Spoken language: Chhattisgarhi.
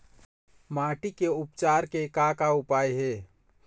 माटी के उपचार के का का उपाय हे?